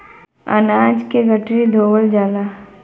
अनाज के गठरी धोवल जाला